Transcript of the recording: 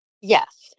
yes